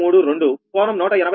532 కోణం 183